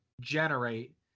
generate